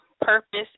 Purpose